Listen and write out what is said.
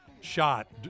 shot